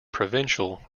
provincial